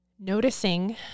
Noticing